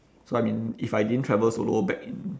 so I mean if I didn't travel solo back in